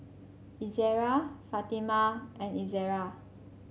Izzara Fatimah and Izzara